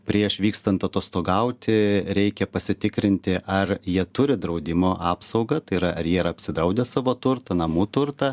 prieš vykstant atostogauti reikia pasitikrinti ar jie turi draudimo apsaugą tai yra ar jie yra apsidraudę savo turtą namų turtą